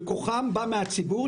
וכוחם בא מהציבור,